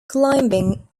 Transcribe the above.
climbing